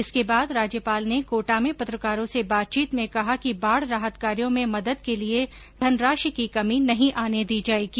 इसके बाद राज्यपाल ने कोटा में पत्रकारों से बातचीत में कहा कि बाढ राहत कार्यो में मदद के लिये धनराशि की कमी नहीं आने दी जायेगी